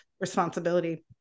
responsibility